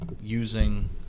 using